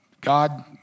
God